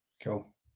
Cool